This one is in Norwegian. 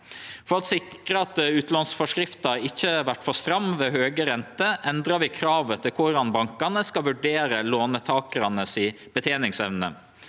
For å sikre at utlånsforskrifta ikkje vert for stram ved høge renter, endra vi kravet til korleis bankane skal vurdere låntakarane si beteningsevne.